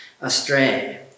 Astray